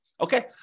okay